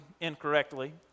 incorrectly